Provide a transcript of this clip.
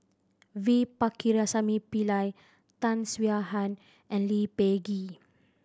V Pakirisamy Pillai Tan Swie Hian and Lee Peh Gee